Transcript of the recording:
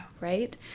right